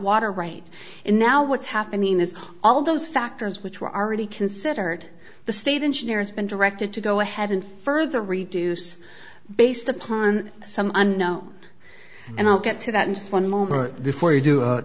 water right now what's happening is all those factors which were already considered the state engineer has been directed to go ahead and further reduce based upon some unknow and i'll get to that in just one more but before you do